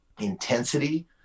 intensity